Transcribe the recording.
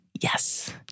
Yes